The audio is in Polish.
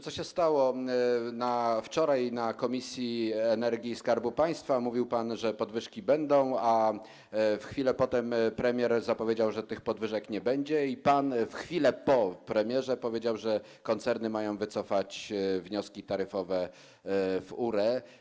Co się stało, że wczoraj na posiedzeniu Komisji do Spraw Energii i Skarbu Państwa mówił pan, że podwyżki będą, a w chwilę potem premier zapowiedział, że tych podwyżek nie będzie, i pan w chwilę po premierze powiedział, że koncerny mają wycofać wnioski taryfowe w URE?